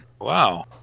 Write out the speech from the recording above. Wow